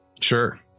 Sure